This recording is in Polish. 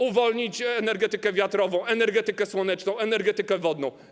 Uwolnić energetykę wiatrową, energetykę słoneczną, energetykę wodną.